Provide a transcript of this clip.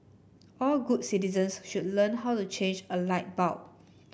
all good citizens should learn how to change a light bulb